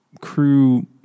crew